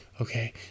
Okay